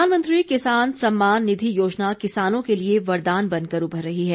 किसान निधि प्रधानमंत्री किसान सम्मान निधि योजना किसानों के लिए वरदान बनकर उभर रही है